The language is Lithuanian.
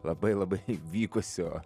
labai labai vykusio